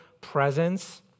presence